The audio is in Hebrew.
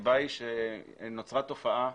הסיבה היא שנוצרה תופעה,